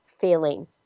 feeling